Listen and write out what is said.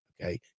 okay